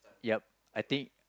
yup I take